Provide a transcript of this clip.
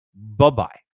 Bye-bye